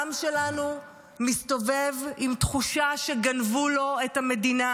העם שלנו מסתובב עם תחושה שגנבו לו את המדינה,